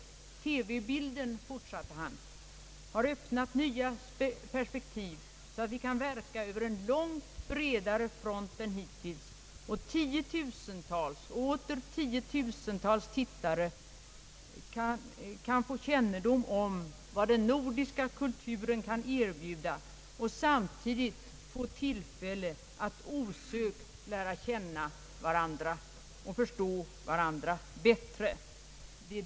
TV-bilden — fortsatte han — har öppnat nya perspektiv, så att vi kan verka över en långt bredare front än tidigare. Tiotusentals och åter tiotusentals tittare kan få kännedom om vad den nordiska kulturen kan erbjuda och samtidigt få tillfälle att osökt lära känna och förstå varandra bättre.